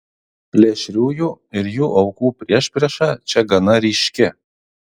plėšriųjų ir jų aukų priešprieša čia gana ryški